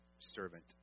servant